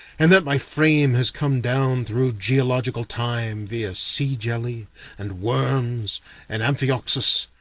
and that my frame has come down through geological time via sea jelly and worms and amphioxus,